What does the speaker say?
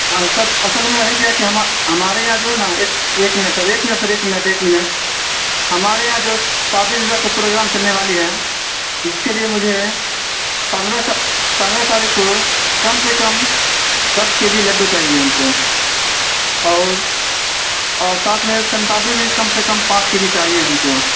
ہاں سر اصل میں ہے کیا کہ ہم ہمارے یہاں جو ہے نا ایک ایک منٹ سر ایک منٹ سر ایک منٹ ایک منٹ ہمارے یہاں جو شادی ویواہ کا پروگرام چلنے والی ہے جس کے لیے مجھے پندرہ پندرہ تاریخ کو کم سے کم دس کے جی لڈو چاہیے ہم کو اور اور ساتھ میں سون پاپڑی بھی کم سے کم پانچ کے جی چاہیے ہم کو